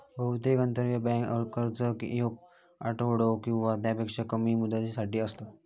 बहुतेक आंतरबँक कर्ज येक आठवडो किंवा त्यापेक्षा कमी मुदतीसाठी असतत